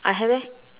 I have eh